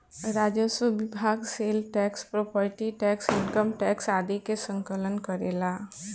राजस्व विभाग sale tax property tax income tax आदि के संकलन करेला